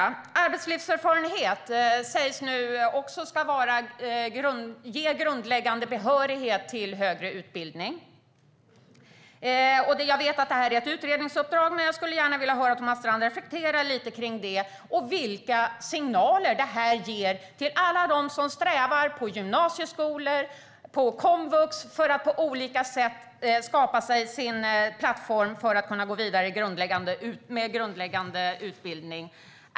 Det sägs nu att arbetslivserfarenhet ska ge grundläggande behörighet till högre utbildning. Jag vet att det är ett utredningsuppdrag, men jag skulle gärna vilja höra Thomas Strand reflektera lite kring det och vilka signaler det ger till alla dem som på gymnasieskolor och på komvux strävar efter att på olika sätt skapa sig sin plattform för att kunna gå vidare med grundläggande utbildning.